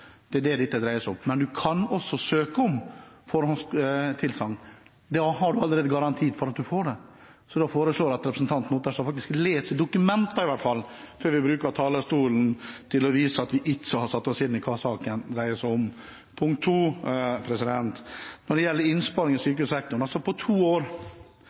Det er det dette dreier seg om. Men man kan også søke om forhåndstilsagn. Da har man allerede garantien for at man får det. Jeg foreslår at representanten Otterstad i hvert fall leser dokumentene og ikke bruker talerstolen til å vise at han ikke har satt seg inn i hva saken dreier seg om. Når det gjelder innsparing i sykehussektoren: På to år